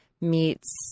meets